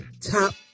top